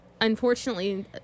unfortunately